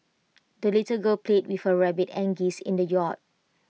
the little girl played with her rabbit and geese in the yard